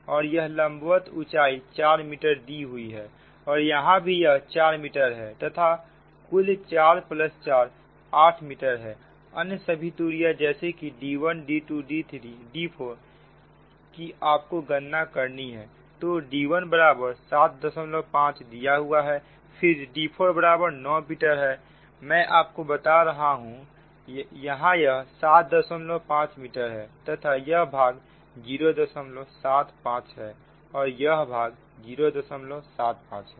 और यह लंबवत ऊंचाई 4 मीटर दी हुई है और यहां भी यह 4 मीटर है तथा कुल 4 4 8 मीटर है अन्य सभी दूरियां जैसे कि d1d2d3d4 कि आपको गणना करनी है तो d1 बराबर 75 दिया हुआ है फिर d4 बराबर 9 मीटर है मैं आपको बता रहा हूं यहां यह 75 मीटर है तथा यह भाग 075 है और यह भाग 075 है